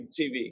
tv